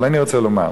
אבל אני רוצה לומר,